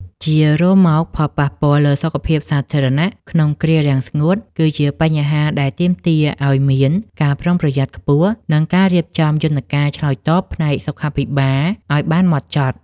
ជារួមមក ផលប៉ះពាល់លើសុខភាពសាធារណៈក្នុងគ្រារាំងស្ងួត គឺជាបញ្ហាដែលទាមទារឱ្យមានការប្រុងប្រយ័ត្នខ្ពស់ និងការរៀបចំយន្តការឆ្លើយតបផ្នែកសុខាភិបាលឱ្យបានហ្មត់ចត់។